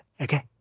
Okay